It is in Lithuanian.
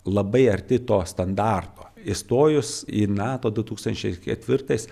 labai arti to standarto įstojus į nato du tūkstančiai ketvirtais